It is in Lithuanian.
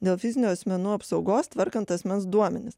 dėl fizinių asmenų apsaugos tvarkant asmens duomenis